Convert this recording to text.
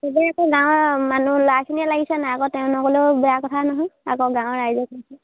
চবেই আকৌ গাঁৱৰ মানুহ ল'ৰাখিনিয়ে লাগিছে নাই আকৌ তেওঁ নগ'লেও বেয়া কথা নহয় আকৌ গাঁৱৰ ৰাইজে পাতিছে